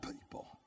people